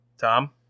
tom